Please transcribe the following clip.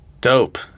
Dope